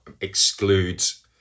excludes